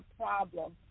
problem